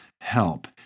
help